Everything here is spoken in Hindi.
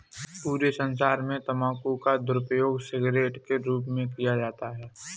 पूरे संसार में तम्बाकू का दुरूपयोग सिगरेट के रूप में किया जाता है